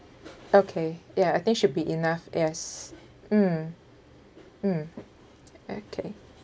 okay ya I think should be enough yes mm mm okay